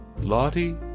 Lottie